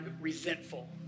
resentful